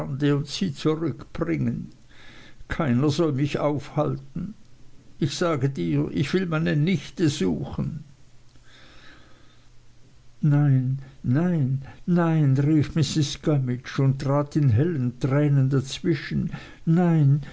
zurückbringen keiner soll mich aufhalten ich sage dir ich will meine nichte suchen nein nein nein rief mrs gummidge und trat in hellen tränen dazwischen nein